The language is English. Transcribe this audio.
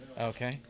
Okay